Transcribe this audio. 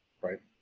right